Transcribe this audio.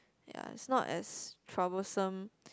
ya it's not as troublesome